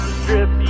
strip